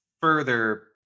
further